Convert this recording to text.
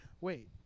Wait